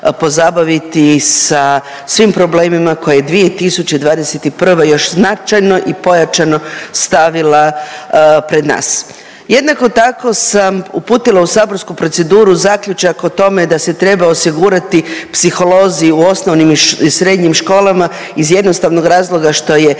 pozabaviti sa svim problemima koje 2021. još značajno i pojačano stavila pred nas. Jednako tako sam uputila u saborsku proceduru zaključak o tome da se treba osigurati psiholozi u osnovnim i srednjim školama iz jednostavnog razloga što je